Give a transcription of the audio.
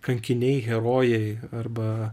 kankiniai herojai arba